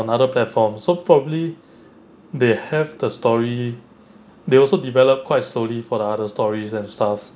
like another platform so probably they have the story they also developed quite slowly for the other stories and stuffs